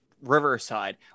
Riverside